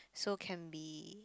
so can be